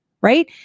Right